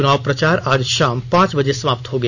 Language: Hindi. चुनाव प्रचार आज शाम पांच बजे समाप्त हो गया